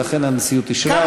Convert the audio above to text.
ולכן הנשיאות אישרה אותו.